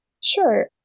Sure